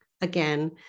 again